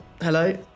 hello